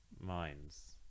minds